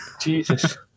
Jesus